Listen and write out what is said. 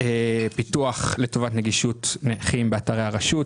פיתוח לטובת נגישות מערכים באתר הרשות,